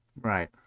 Right